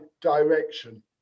direction